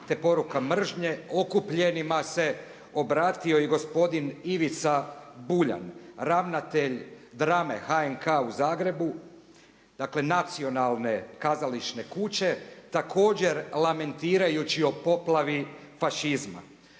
te poruka mržnje okupljenima se obratio i gospodin Ivica Buljan, ravnatelj drame HNK u Zagrebu. Dakle, nacionalne kazališne kuće također lamentirajući o poplavi fašizma.